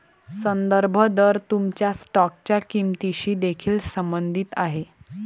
संदर्भ दर तुमच्या स्टॉकच्या किंमतीशी देखील संबंधित आहे